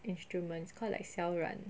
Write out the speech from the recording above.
instrument it's called like 小阮